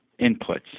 inputs